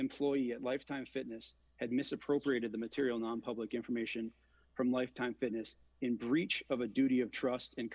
employee at lifetime fitness had misappropriated the material nonpublic information from lifetime fitness in breach of a duty of trust